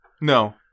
No